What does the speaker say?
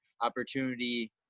opportunity